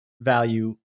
value